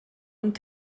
und